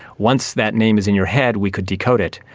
once that name is in your head we could decode it.